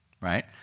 right